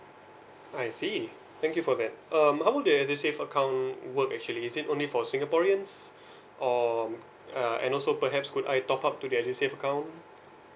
I see thank you for that um how would the edusave account work actually is it only for singaporeans or uh and also perhaps could I top up to the edusave account